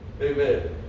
amen